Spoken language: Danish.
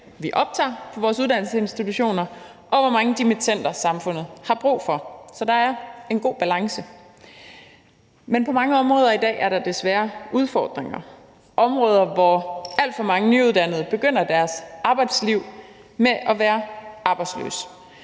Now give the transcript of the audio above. vi optager på vores uddannelsesinstitutioner, og hvor mange dimittender samfundet har brug for, så der er en god balance. Men på mange områder er der i dag desværre udfordringer – områder, hvor alt for mange nyuddannede begynder deres arbejdsliv med at være arbejdsløse,